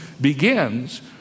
begins